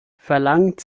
verlangt